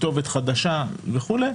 כתובת חדשה וכולי,